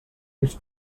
ulls